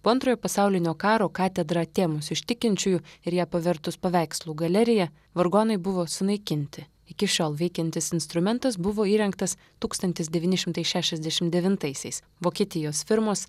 po antrojo pasaulinio karo katedrą atėmus iš tikinčiųjų ir ją pavertus paveikslų galerija vargonai buvo sunaikinti iki šiol veikiantis instrumentas buvo įrengtas tūkstantis devyni šimtai šešiasdešim devintaisiais vokietijos firmos